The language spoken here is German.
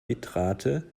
bitrate